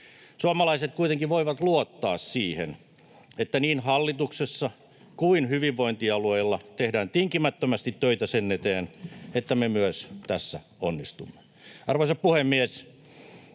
Suomalaiset kuitenkin voivat luottaa siihen, että niin hallituksessa kuin hyvinvointialueilla tehdään tinkimättömästi töitä sen eteen, että me myös tässä onnistumme. Arvoisa puhemies!